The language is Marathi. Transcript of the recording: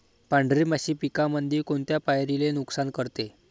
पांढरी माशी पिकामंदी कोनत्या पायरीले नुकसान करते?